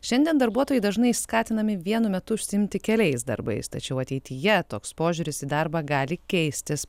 šiandien darbuotojai dažnai skatinami vienu metu užsiimti keliais darbais tačiau ateityje toks požiūris į darbą gali keistis